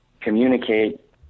communicate